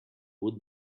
would